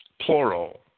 plural